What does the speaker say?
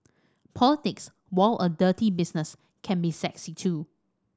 politics while a dirty business can be sexy too